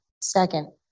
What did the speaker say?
Second